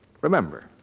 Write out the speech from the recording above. Remember